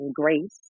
grace